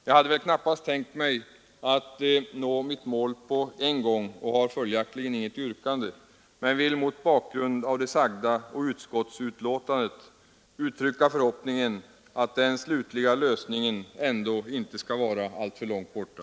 Jag hade väl knappast tänkt mig att nå mitt mål på en gång och har följaktligen inget yrkande, men jag vill mot bakgrund av det sagda och utskottsbetänkandet uttrycka förhoppningen att den slutliga lösningen ändå inte skall vara alltför långt borta.